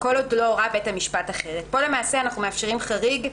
כל עוד לא הורה בית המשפט אחרת." פה מאפשרים חריג,